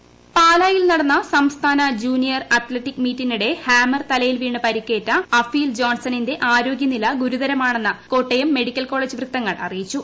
അഫീൽ പാലായിൽ നടന്ന സംസ്ഥാന ജൂനിയർ അത്ലറ്റിക് മീറ്റിനിടെ ഹാമർ തലയിൽ വീണ് പരിക്കേറ്റ അഫീൽ ജോൺസണിന്റെ ആരോഗ്യനില ഗുരുതരമാണെന്ന് കോട്ടയം മെഡിക്കൽ കോളേജ് വൃത്തങ്ങൾ അറിയിച്ചു